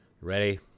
Ready